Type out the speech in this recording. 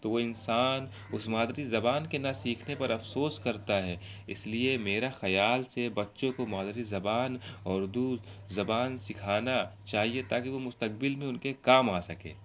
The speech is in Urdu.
تو وہ انسان اس مادری زبان کے نہ سیکھنے پر افسوس کرتا ہے اس لیے میرا خیال سے بچوں کو مادری زبان اردو زبان سکھانا چاہیے تا کہ وہ مستقبل میں ان کے کام آ سکے